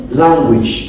language